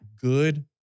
good